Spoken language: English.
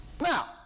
Now